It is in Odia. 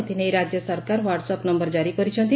ଏଥିନେଇ ରାଜ୍ୟ ସରକାର ହ୍ୱାଟସ୍ଆପ୍ ନୟର ଜାରି କରିଛନ୍ତି